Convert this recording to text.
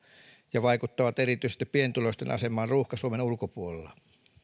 ja vaikuttavat erityisesti pienituloisten asemaan ruuhka suomen ulkopuolella